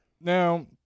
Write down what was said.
Now